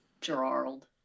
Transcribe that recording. Gerald